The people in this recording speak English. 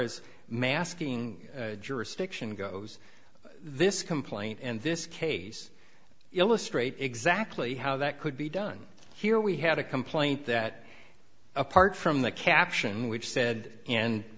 as masking jurisdiction goes this complaint and this case illustrate exactly how that could be done here we had a complaint that apart from the caption which said and